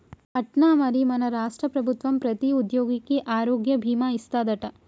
అట్నా మరి మన రాష్ట్ర ప్రభుత్వం ప్రతి ఉద్యోగికి ఆరోగ్య భీమా ఇస్తాదట